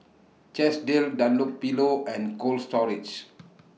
Chesdale Dunlopillo and Cold Storage